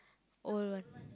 old one